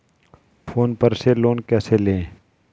Phone पर से loan कैसे लें?